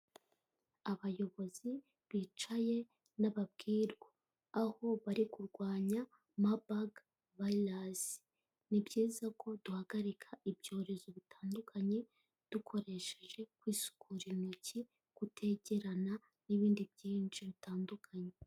Abayobozi bicaye n'ababwirwa, aho bari kurwanya Marburg Virus. Ni byiza ko duhagarika ibyorezo bitandukanye dukoresheje kwisukura intoki, kutegerana n'ibindi byinshi bitandukanye.